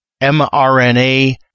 mRNA